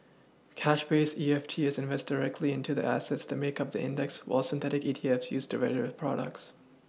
cash based E F T invest directly into the assets that make up the index while synthetic ETFs use derivative products